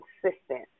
consistent